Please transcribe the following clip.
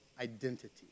identity